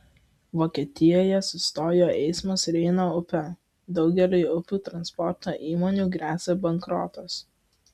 vokietijoje sustojo eismas reino upe daugeliui upių transporto įmonių gresia bankrotas